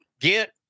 get